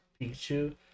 Pikachu